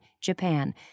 Japan